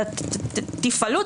תפעלו,